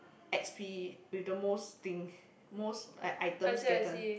X P with the most thing most like items gathered